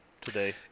today